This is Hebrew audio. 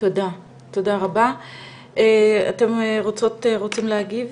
תודה רבה, אתם רוצות או רוצים להגיב